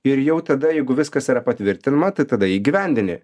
ir jau tada jeigu viskas yra patvirtinama tai tada įgyvendini